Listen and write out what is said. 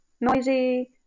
noisy